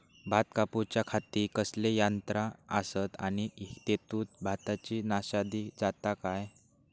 भात कापूच्या खाती कसले यांत्रा आसत आणि तेतुत भाताची नाशादी जाता काय?